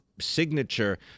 signature